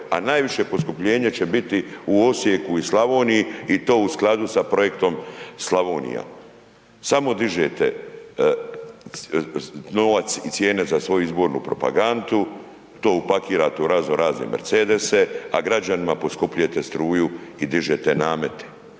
a najviše poskupljenje će biti u Osijeku i Slavoniji i to u skladu sa projektom Slavonija. Samo dižete novac i cijene za svoju izbornu propagandu, to upakirate u razno razne Mercedese a građanima poskupljujete struju i dižete namete.